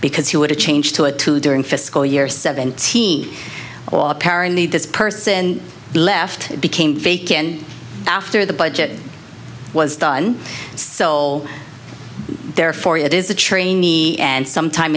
because he would have changed to a two during fiscal year seventeen well apparently this person left became vacant after the budget was done so therefore it is a trainee and sometime